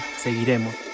seguiremos